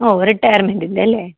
ഓ റിട്ടയർമെൻ്റിന്റെ അല്ലെ